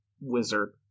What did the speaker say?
wizard